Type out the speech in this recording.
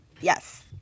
Yes